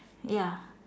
ya